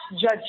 Judge